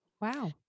Wow